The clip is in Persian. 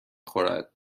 خورد